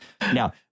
Now